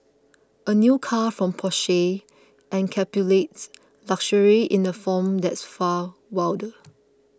a new car from Porsche encapsulates luxury in a form that's far wilder